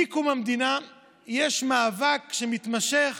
מקום המדינה יש מאבק שמתמשך